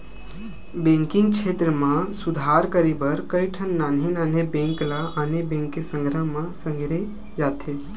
banking छेत्र म सुधार करे बर कइठन नान्हे नान्हे बेंक ल आने बेंक के संघरा म संघेरे जाथे